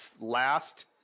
last